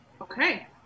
Okay